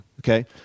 Okay